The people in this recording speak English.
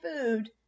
food